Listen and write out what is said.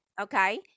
okay